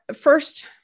First